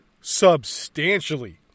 substantially